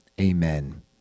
amen